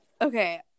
okay